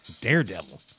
Daredevil